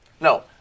No